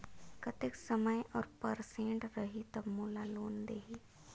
कतेक समय और परसेंट रही तब मोला लोन देही?